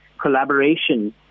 Collaboration